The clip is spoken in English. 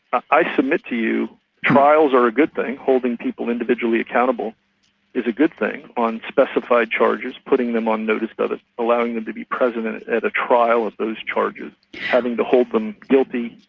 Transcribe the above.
i submit to you trials are a good thing, holding people individually accountable is a good thing on specified charges, putting them on notice, but allowing them to be present at a trial of those charges, having to hold them guilty,